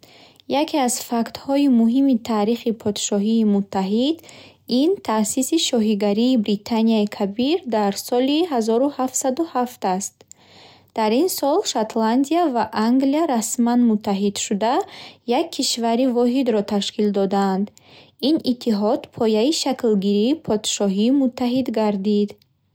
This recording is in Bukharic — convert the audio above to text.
Яке аз фактҳои муҳими таърихи Подшоҳии Муттаҳид ин таъсиси Шоҳигарии Британияи Кабир дар соли ҳазору ҳафтсаду ҳафт аст. Дар ин сол Шотландия ва Англия расман муттаҳид шуда, як кишвари воҳидро ташкил доданд. Ин иттиҳод пояи шаклгирии Подшоҳии Муттаҳид гардид.